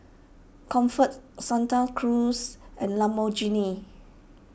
Comfort Santa Cruz and Lamborghini